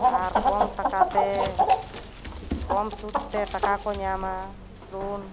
ᱟᱨ ᱠᱚᱢ ᱴᱟᱠᱟ ᱛᱮ ᱠᱚᱢ ᱥᱩᱫᱽ ᱛᱮ ᱴᱟᱠᱟ ᱠᱚ ᱧᱟᱢᱟ ᱞᱳᱱ